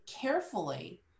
carefully